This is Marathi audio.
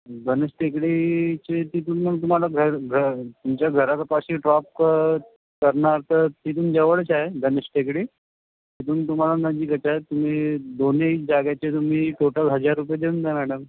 गणेश टेकडीचे तिथून मग तुम्हाला घर घ तुमच्या घरापाशी ड्रॉप क करणार तर तिथून जवळच आहे गणेश टेकडी तिथून तुम्हाला नजदीकच आहे तुम्ही दोन्ही जागेचे तुम्ही टोटल हजार रुपये देउन द्या मॅडम